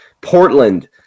Portland